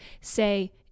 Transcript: say